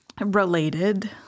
related